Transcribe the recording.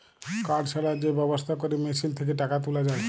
card ছাড়া যে ব্যবস্থা ক্যরে মেশিল থ্যাকে টাকা তুলা যায়